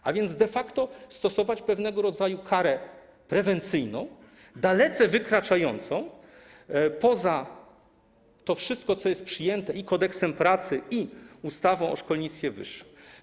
Mogą więc de facto stosować pewnego rodzaju karę prewencyjną dalece wykraczającą poza to wszystko, co jest przewidziane w Kodeksie pracy i w ustawie o szkolnictwie wyższym.